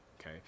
okay